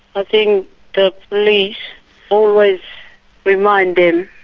think the police always remind them,